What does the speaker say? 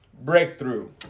breakthrough